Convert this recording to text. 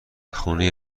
خونه